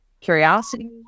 curiosity